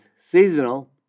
seasonal